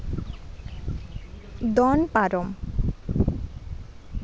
ᱫᱚᱱ ᱯᱟᱨᱚᱢ